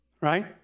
right